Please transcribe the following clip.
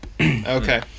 Okay